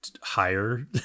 higher